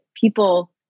people